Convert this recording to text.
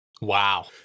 Wow